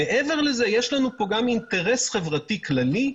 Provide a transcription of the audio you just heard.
מעבר לזה יש לנו גם אינטרס חברתי כללי.